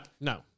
No